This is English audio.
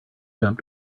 jump